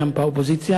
גם באופוזיציה.